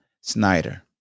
Snyder